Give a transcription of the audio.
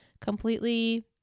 completely